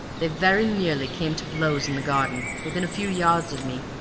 they very nearly came to blows in the garden, within a few yards of me,